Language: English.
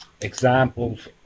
examples